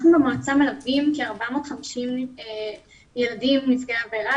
אנחנו במועצה מלווים כ-450 ילדים נפגעי עבירה,